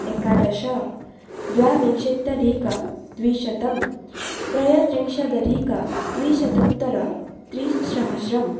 एकादश द्वाविंशत्यधिकद्विशतं त्रयस्त्रिंशदधिकत्रिशतोत्तरत्रिसहस्रम्